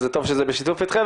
וזה טוב שזה בשיתוף אתכם,